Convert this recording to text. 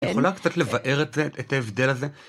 את יכולה קצת לבאר את זה, את ההבדל הזה.